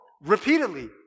repeatedly